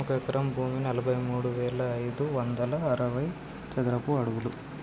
ఒక ఎకరం భూమి నలభై మూడు వేల ఐదు వందల అరవై చదరపు అడుగులు